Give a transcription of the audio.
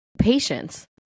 patience